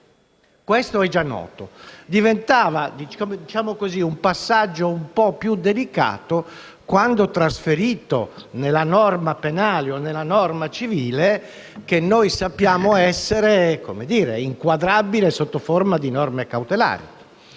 Questo è già noto. Diventava un passaggio un po' più delicato una volta trasferito nella norma penale o nella norma civile, che noi sappiamo essere inquadrabile sotto forma di norme cautelari.